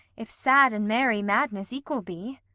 if sad and merry madness equal be.